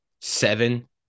seven